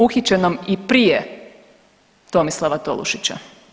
Uhićenom i prije Tomislava Tolušića.